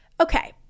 Okay